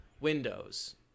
Windows